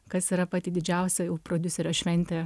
kas yra pati didžiausia prodiuserio šventė